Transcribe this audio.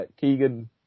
Keegan